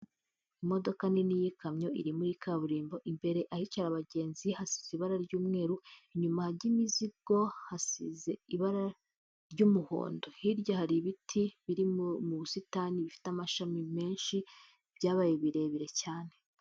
Imodoka nini y'ikamyo iri muri kaburimbo, imbere ahicara abagenzi hasize ibara ry'umweru, inyuma ahajya imizigo hasize ibara ry'umuhondo. Hirya hari ibiti biri mu busitani bifite amashami menshi, byabaye birebire cyane.